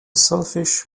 selfish